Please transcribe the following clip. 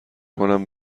کنم